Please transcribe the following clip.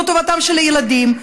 לא טובתם של הילדים,